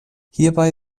hierbei